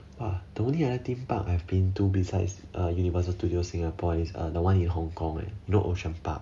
!wah! the only theme park I've been to besides uh universal studios singapore is the one in hong kong eh you know ocean park